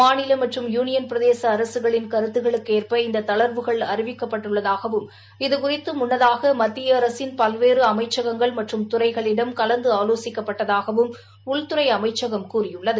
மாநில மற்றும் யூனியன் பிரதேச அரசுகளின் கருத்துகளுக்கேற்ப இந்த தளர்வுகள் அறிவிக்கப்பட்டுள்ளதாகவும் இதுகுறித்து முன்னதாக மத்திய அரசின் பல்வேறு அமைச்சகங்கள் மற்றும் துறைகளிடம் கலந்து ஆலோசிக்கப்பட்டதாகவும் உள்துறை அமைச்சகம் கூறியுள்ளது